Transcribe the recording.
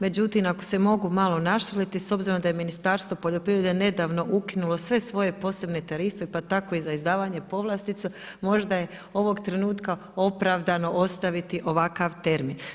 Međutim, ako se mogu malo našaliti s obzirom da je Ministarstvo poljoprivrede nedavno ukinulo sve svoje posebne tarife pa tako i za izdavanje povlastica možda je ovog trenutka opravdano ostaviti ovakav termin.